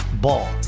Ball